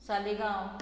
Saligao